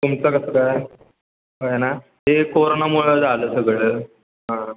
तुमचं कसं काय होय ना ते कोरोनामुळे झालं सगळं हां